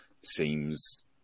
seems